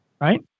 Right